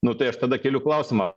nu tai aš tada keliu klausimą